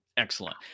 Excellent